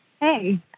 hey